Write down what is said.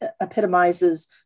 epitomizes